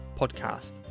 podcast